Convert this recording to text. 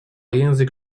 język